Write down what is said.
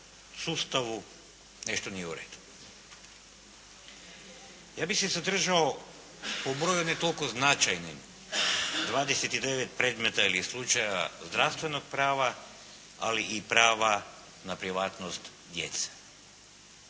sustavu nešto nije u redu. Ja bih se zadržao po broju ne toliko značajnim 29 predmeta ili slučajeva zdravstvenog prava ali i prava na privatnost djece.